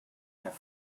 have